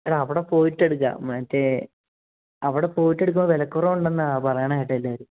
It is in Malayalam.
അല്ല അവിടെപ്പോയിട്ട് എടുക്കാം മറ്റേ അവിടെ പോയിട്ട് എടുക്കുമ്പോൾ വിലക്കുറവുണ്ടെന്നാ പറയുന്നത് കേട്ടത് എല്ലാവരും